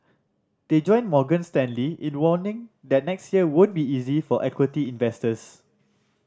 they join Morgan Stanley in warning that next year won't be easy for equity investors